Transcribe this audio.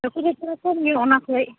ᱦᱟᱹᱠᱩ ᱫᱚ ᱛᱷᱚᱲᱟ ᱠᱚᱢᱧᱚᱜ ᱚᱱᱟ ᱠᱷᱚᱡ